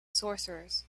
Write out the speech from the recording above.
sorcerers